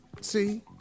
See